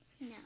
No